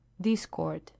discord